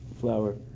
flower